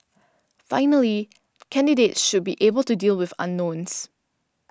finally candidates should be able to deal with unknowns